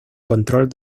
control